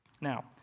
Now